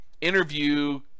Interview